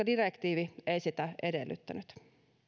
direktiivi ei sitä edellyttänyt